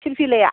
पिलपिलाया